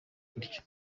kurya